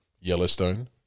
Yellowstone